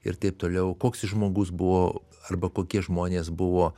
ir taip toliau koks jis žmogus buvo arba kokie žmonės buvo